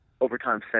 overtime